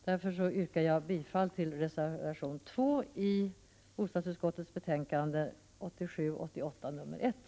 Därför yrkar jag bifall till reservation 2 i bostadsutskottets betänkande 1987/88:1.